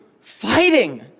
fighting